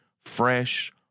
fresh